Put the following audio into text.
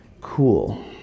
Cool